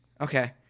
Okay